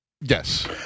Yes